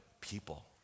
people